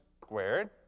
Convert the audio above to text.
squared